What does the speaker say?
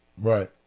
Right